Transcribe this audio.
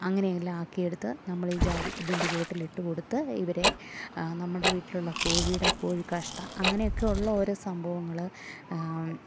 അങ്ങനെയെല്ലാം ആക്കിയെടുത്ത് നമ്മളീ ജാതി ഇതിൻ്റെ ചുവട്ടിലിട്ട് കൊടുത്ത് ഇവരെ നമ്മുടെ വീട്ടിലുള്ള കോഴിയുടെ കോഴി കാഷ്ടം അങ്ങനെയൊക്കെ ഉള്ള ഓരോ സംഭവങ്ങൾ